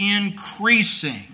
increasing